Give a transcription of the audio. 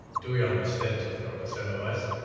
do you understand, dr. semmelweis? so